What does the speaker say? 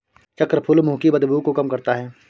चक्रफूल मुंह की बदबू को कम करता है